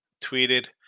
Tweeted